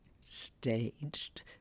staged